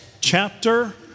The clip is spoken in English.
chapter